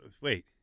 Wait